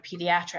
pediatrics